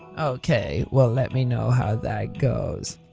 ok well. let me know how that goes.